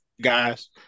guys